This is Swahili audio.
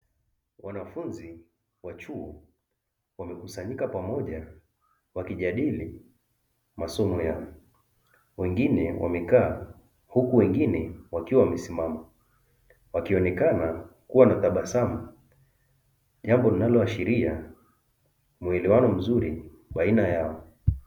Wanafunzi wa chuo wamekusanyika pamoja wakijadili masomo yao, wengine wamekaa huku wengine wakiwa wamesimama. Wakionekana kuwa na tabasamu jambo linalo ashiria muelewano mzuri baina yao.